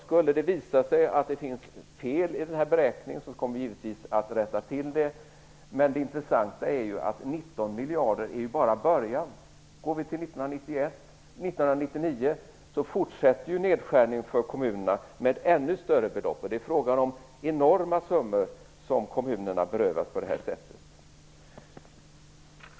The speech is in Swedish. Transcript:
Skulle det visa sig att det finns fel i beräkningen kommer vi givetvis att rätta till det. Det intressanta är att 19 miljarder bara är början. 1999 fortsätter nedskärningarna för kommunerna med ännu större belopp. Det är enorma summor som kommunerna berövas på detta sätt.